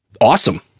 awesome